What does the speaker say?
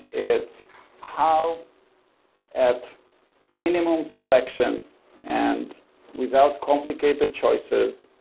it's how at minimum selections and without complicated choices,